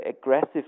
aggressive